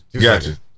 gotcha